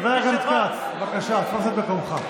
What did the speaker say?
חבר הכנסת כץ, בבקשה, תפוס את מקומך.